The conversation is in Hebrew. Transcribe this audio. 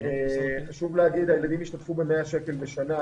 חשוב להגיד, הילדים השתתפו ב-100 שקל בשנה.